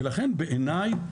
ולכן בעיניי,